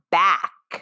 back